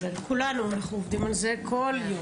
כולנו, ואנחנו עובדים על זה כל יום.